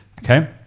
Okay